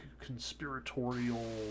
conspiratorial